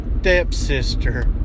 stepsister